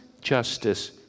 justice